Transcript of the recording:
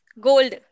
Gold